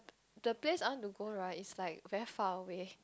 the place I want to go right is like very faraway